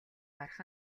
харах